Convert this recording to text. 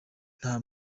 nta